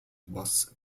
was